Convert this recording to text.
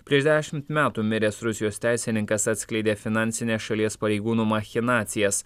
prieš dešimt metų miręs rusijos teisininkas atskleidė finansines šalies pareigūnų machinacijas